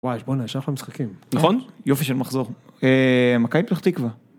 וואי בוא נעשה משחקים נכון יופי של מחזור מכבי פתח תקווה.